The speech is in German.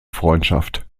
freundschaft